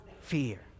fear